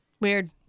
Weird